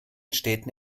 städten